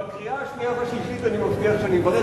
בקריאה השנייה והשלישית אני מבטיח שאני אברך,